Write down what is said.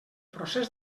procés